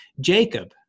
Jacob